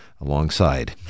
alongside